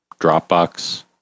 Dropbox